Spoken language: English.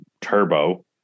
turbo